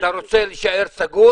אתה רוצה להישאר סגור?